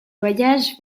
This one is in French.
voyages